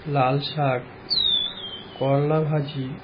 লাল শাক করলা ভাজি